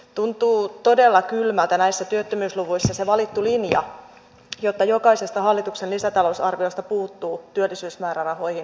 tuntuu todella kylmältä näissä työttömyysluvuissa se valittu linja että jokaisesta hallituksen lisätalousarviosta puuttuvat työllisyysmäärärahoihin panostukset